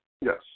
Yes